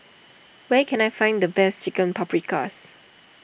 where can I find the best Chicken Paprikas